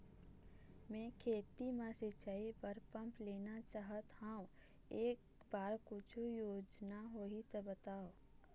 मैं खेती म सिचाई बर पंप लेना चाहत हाव, एकर बर कुछू योजना होही त बताव?